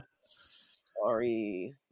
Sorry